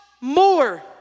more